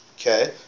okay